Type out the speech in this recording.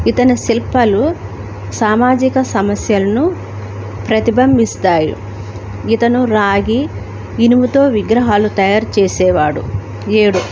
ఇతని శిల్పాలు సామాజిక సమస్యలను ప్రతిబింబిస్తాయి ఇతను రాగి ఇనుముతో విగ్రహాలు తయారు చేసేవాడు ఏడు